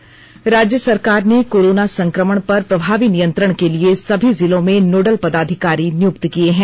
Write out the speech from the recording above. corona nodal पदाधिकारी राज्य सरकार ने कोरोना संक्रणण पर प्रभावी नियंत्रण के लिए सभी जिलों में नोडल पदाधिकारी नियुक्त किए हैं